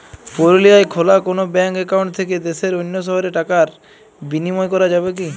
পুরুলিয়ায় খোলা কোনো ব্যাঙ্ক অ্যাকাউন্ট থেকে দেশের অন্য শহরে টাকার বিনিময় করা যাবে কি?